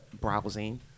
browsing